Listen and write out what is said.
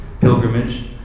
pilgrimage